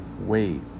wait